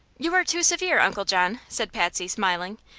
you are too severe, uncle john, said patsy, smiling.